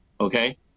Okay